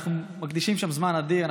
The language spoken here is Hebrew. אנחנו מקדישים לזה זמן אדיר,